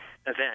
event